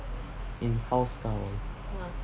in house now